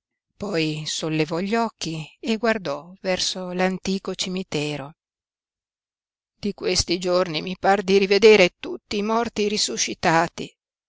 poi sollevò gli occhi e guardò verso l'antico cimitero di questi giorni mi par di rivedere tutti i morti risuscitati